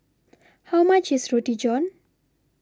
How much IS Roti John